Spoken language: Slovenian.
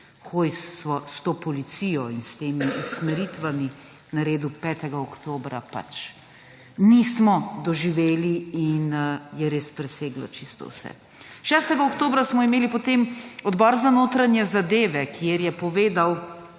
Hojs s to policijo in s temi usmeritvami naredil 5. oktobra, nismo doživeli, in je res preseglo čisto vse. 6. oktobra smo imeli potem Odbor za notranje zadeve, kjer je povedal